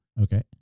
Okay